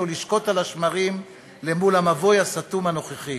לשקוט על השמרים למול המבוי הסתום הנוכחי.